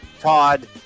Todd